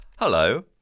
Hello